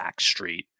backstreet